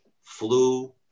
flu